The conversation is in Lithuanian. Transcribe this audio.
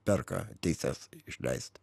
perka teises išleist